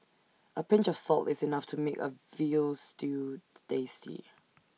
A pinch of salt is enough to make A Veal Stew tasty